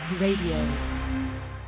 Radio